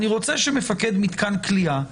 אני רוצה שמפקד מתקן כליאה,